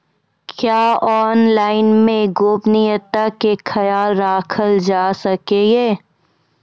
क्या ऑनलाइन मे गोपनियता के खयाल राखल जाय सकै ये?